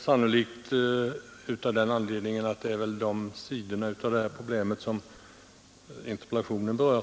sannolikt av den anledningen att det är dessa sidor av problemet som interpellationen berör.